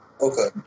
Okay